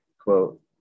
quote